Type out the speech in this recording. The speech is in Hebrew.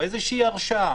איזה הרשאה,